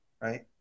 right